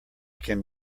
can